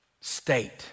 state